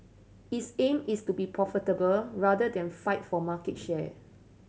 its aim is to be profitable rather than fight for market share